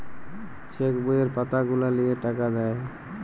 check বইয়ের পাতা গুলা লিয়ে টাকা দেয়